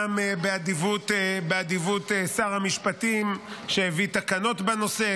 גם באדיבות שר המשפטים שהביא תקנות בנושא,